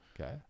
Okay